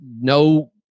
No